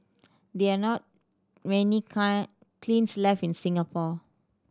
there are not many kilns left in Singapore